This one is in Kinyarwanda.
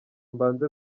mbanze